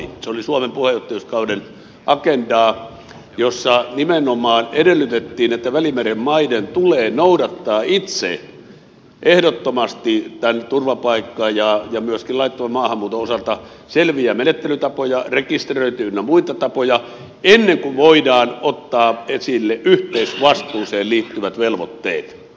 se oli suomen puheenjohtajuuskauden agendaa jossa nimenomaan edellytettiin että välimeren maiden tulee noudattaa itse ehdottomasti turvapaikkakäytäntöjen ja myöskin laittoman maahanmuuton osalta selviä menettelytapoja rekisteröinti ynnä muita tapoja ennen kuin voidaan ottaa esille yhteisvastuuseen liittyvät velvoitteet